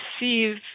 receive